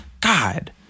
God